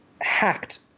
hacked